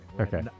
Okay